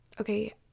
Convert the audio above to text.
okay